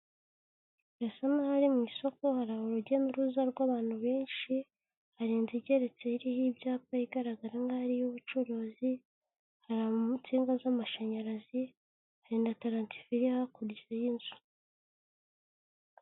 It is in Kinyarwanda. Hasa naho ari mu isoko, hari urujya n'uruza rw'abantu benshi, hari inzu igeretse iriho ibyapa igaragara nkaho ari iy'ubucuruzi, hari insinga z'amashanyarazi, hari na tarasifo iri hakurya y'inzu.